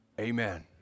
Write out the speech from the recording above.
amen